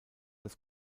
das